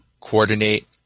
coordinate